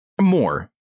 More